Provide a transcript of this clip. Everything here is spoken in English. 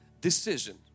decision